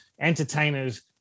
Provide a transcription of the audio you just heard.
entertainers